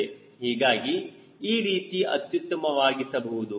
ಹೀಗಾಗಿ ಈ ರೀತಿ ಅತ್ಯುತ್ತಮವಾಗಿಸಬಹುದು